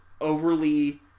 overly